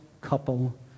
couple